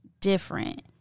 different